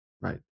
right